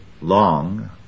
long